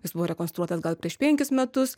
jis buvo rekonstruotas gal prieš penkis metus